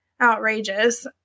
outrageous